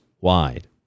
wide